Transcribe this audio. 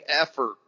effort